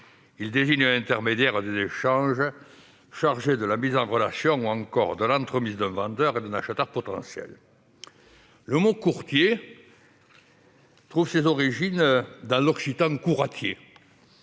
Il désigne un intermédiaire des échanges chargé de la mise en relation, ou encore de l'entremise d'un vendeur et d'un acheteur potentiels. Le mot « courtier » trouve ses origines dans l'occitan « corratier